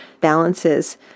balances